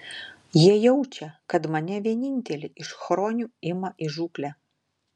jie jaučia kad mane vienintelį iš chronių ima į žūklę